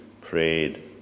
prayed